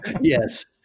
Yes